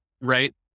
Right